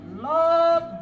Lord